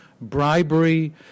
bribery